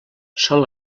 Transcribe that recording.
sol